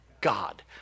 God